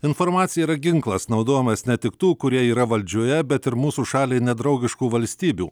informacija yra ginklas naudojamas ne tik tų kurie yra valdžioje bet ir mūsų šaliai nedraugiškų valstybių